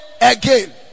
again